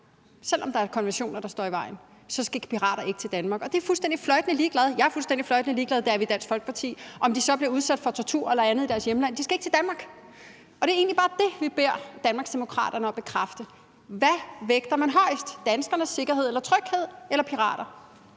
selv om der er konventioner, der står i vejen – skal pirater ikke til Danmark. Jeg er fuldstændig fløjtende ligeglad, og det er vi i Dansk Folkeparti, om de så bliver udsat for tortur eller andet i deres hjemland. De skal ikke til Danmark. Og det er egentlig bare det, vi beder Danmarksdemokraterne om at bekræfte: Hvad vægter man højest? Er det danskernes sikkerhed og tryghed eller pirater?